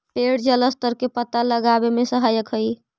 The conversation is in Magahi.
पेड़ जलस्तर के पता लगावे में सहायक हई